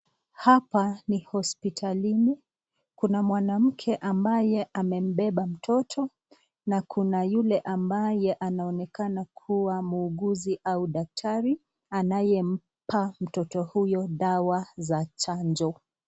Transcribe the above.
Hapa ni hospitalini. Kuna mwanamke ambaye amembeba mtoto na kuna yule ambaye anaonekana kuwa mwuguzi au daktari anayempa mtoto huyo dawa za chanjo.